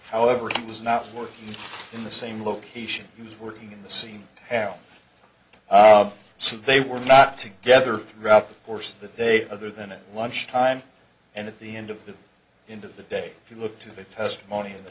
however it was not working in the same location he was working in the scene so they were not together throughout the course that they are other than it once time and at the end of the end of the day if you look to the testimony in the